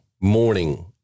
morning